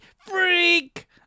Freak